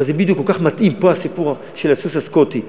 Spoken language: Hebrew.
אבל פה בדיוק מתאים הסיפור של הסוס הסקוטי.